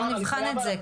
בוא נבחן את זה,